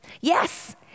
Yes